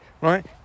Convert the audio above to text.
right